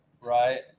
right